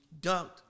dunked